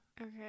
okay